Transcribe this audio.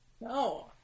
no